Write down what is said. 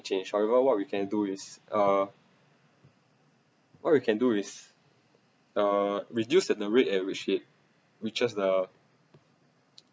change however what we can do is uh what we can do is uh reduce at rate at which it reaches the